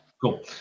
Cool